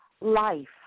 life